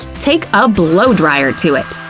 take a blowdryer to it.